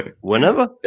whenever